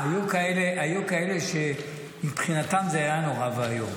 היו כאלה שמבחינתם זה היה נורא ואיום